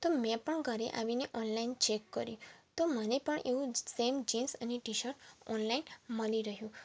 તો મેં પણ ઘરે આવીને ઓનલાઈન ચેક કર્યું તો મને પણ એવું જ સેમ જીન્સ ટીશર્ટ ઓનલાઇન મળી રહ્યું